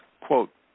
quote